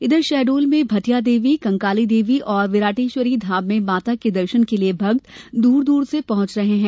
इघर शहडोल में भटिया देवी कंकाली देवी और विराटेश्वरी धाम में माता के दर्शन के लिये भक्त दूर दूर से पहुंचे हैं